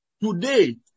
today